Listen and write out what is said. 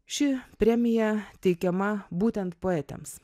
ši premija teikiama būtent poetėms